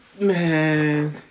Man